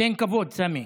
תן כבוד, סמי,